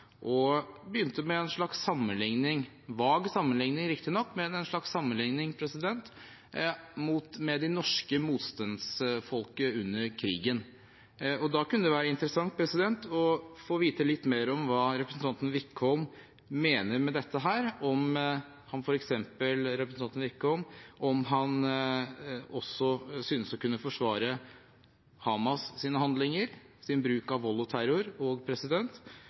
og begynte med en slags sammenligning – en vag sammenligning, riktignok – med det norske motstandsfolket under krigen. Da kunne det være interessant å få vite litt mer om hva representanten Wickholm mener med dette – om han f.eks. også synes å kunne forsvare Hamas’ handlinger og deres bruk av vold og terror og